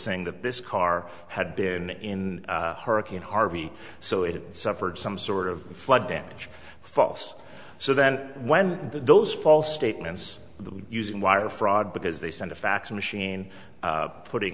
saying that this car had been in hurricane harvey so it suffered some sort of flood damage false so then when those false statements using wire fraud because they sent a fax machine putting